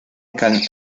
cal